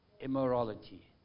immorality